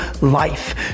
life